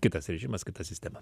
kitas režimas kita sistema